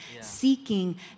seeking